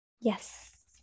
Yes